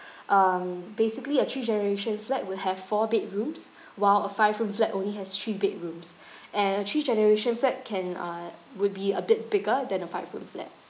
um basically a three generation flat will have four bedrooms while a five room flat only has three bedrooms and a three generation flat can uh would be a bit bigger than a five room flat